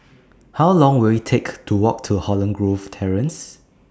How Long Will IT Take to Walk to Holland Grove Terrace